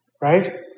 right